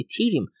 Ethereum